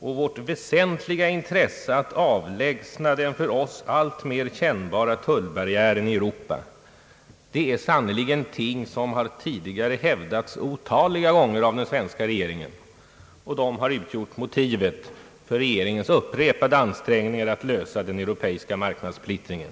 och vårt väsentliga intresse av att avlägsna den för oss alltmer kännbara tullbarriären i Europa är sannerligen ting som tidigare har hävdats otaliga gånger av den svenska regeringen och utgjort motivet för regeringens upprepade ansträngningar att lösa den europeiska marknadssplittringen.